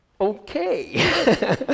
okay